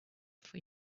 for